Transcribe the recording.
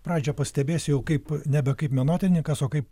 pradžią pastebėsiu jau kaip nebe kaip menotyrininkas o kaip